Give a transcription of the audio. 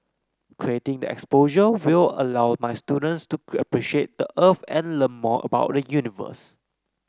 creating the exposure will allow my students to appreciate the Earth and learn more about the universe